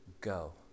go